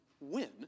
win